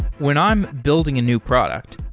when i'm building a new product,